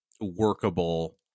workable